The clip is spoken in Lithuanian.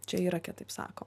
čia irake taip sako